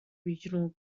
regional